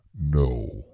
No